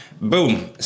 Boom